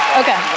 okay